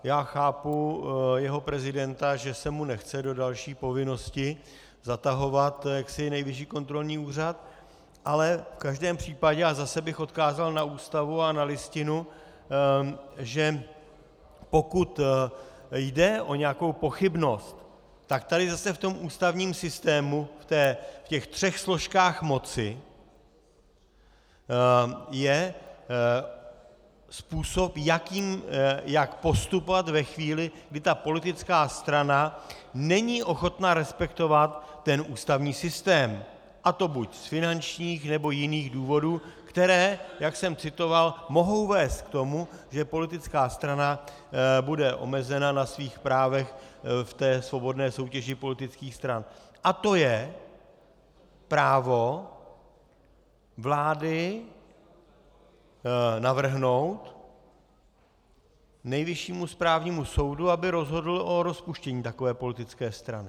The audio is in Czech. Já chápu jeho prezidenta, že se mu nechce do další povinnosti zatahovat Nejvyšší kontrolní úřad, ale v každém případě, a zase bych odkázal na Ústavu a Listinu, pokud jde o nějakou pochybnost, tak tady v ústavním systému ve třech složkách moci je způsob, jak postupovat ve chvíli, kdy politická strana není ochotna respektovat ústavní systém, a to buď z finančních nebo jiných důvodů, které, jak jsem citoval, mohou vést k tomu, že politická strana bude omezena na svých právech ve svobodné soutěži politických stran, a to je právo vlády navrhnout Nejvyššímu správnímu soudu, aby rozhodl o rozpuštění takové politické strany.